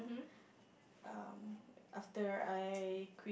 um after I quit